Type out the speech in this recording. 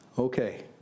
okay